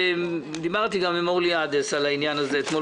דיברתי עם אורלי עדס בטלפון